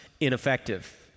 ineffective